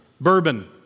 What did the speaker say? Bourbon